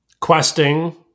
Questing